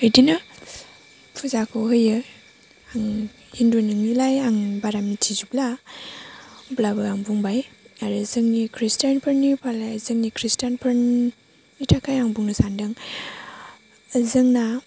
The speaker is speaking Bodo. एदिनो फुजाखौ होयो आं हिन्दु नङैलाय आं बारा मिथिजोबला होमब्लाबो आं बुंबाय आरो जोंनि खृष्टीयानफोरनि फालाय जोंनि खृष्टीयानफोरनि थाखाय आं बुंनो सानदों जोंना